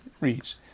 reads